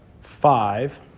five